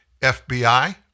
FBI